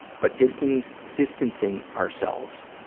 but distancing distancing ourselves